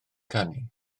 canu